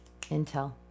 intel